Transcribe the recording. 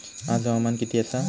आज हवामान किती आसा?